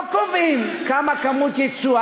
לא קובעים מה כמות היצוא,